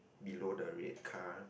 below the red car